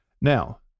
Now